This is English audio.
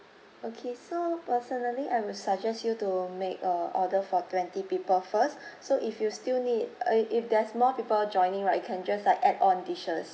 okay so personally I will suggest you to make a order for twenty people first so if you still need uh if there's more people joining right you can just like add on dishes